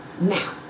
now